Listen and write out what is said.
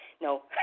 No